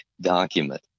document